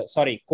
Sorry